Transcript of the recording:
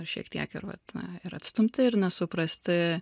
šiek tiek ir vat ir atstumti ir nesuprasti